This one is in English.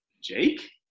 Jake